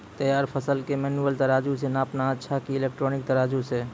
तैयार फसल के मेनुअल तराजु से नापना अच्छा कि इलेक्ट्रॉनिक तराजु से?